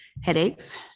Headaches